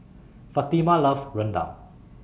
Fatima loves Rendang